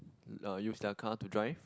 uh use their car to drive